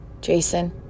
Jason